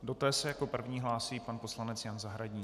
Do té se jako první hlásí pan poslanec Jan Zahradník.